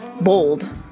bold